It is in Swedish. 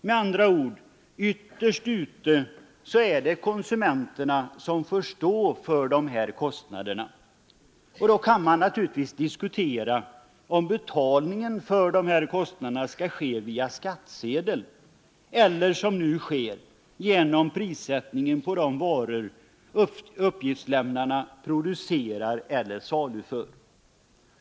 Med andra ord är det ytterst konsumenterna som får stå för dessa kostnader. Därför kan man naturligtvis diskutera, om betalningen för dessa kostnader skall ske via skattsedeln eller som nu genom prissättningen på de varor uppgiftslämnarna producerar eller saluför.